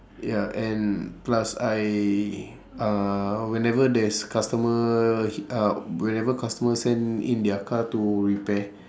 ya and plus I uh whenever there's customer uh whenever customer send in their car to repair